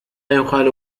يقال